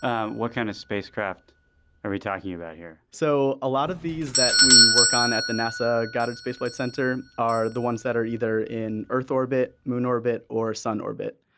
ah what kind of spacecraft are we talking about here. so a lot of these that we work on at the nasa goddard space flight center are the ones that are either in earth orbit moon orbit or sun orbit.